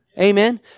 Amen